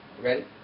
Ready